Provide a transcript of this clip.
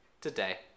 Today